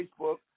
Facebook